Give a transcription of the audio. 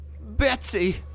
Betsy